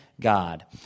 God